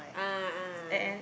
a'ah